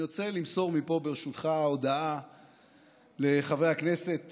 אני רוצה למסור מפה, ברשותך, הודעה לחבר הכנסת